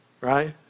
right